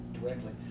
directly